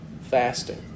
fasting